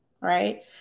right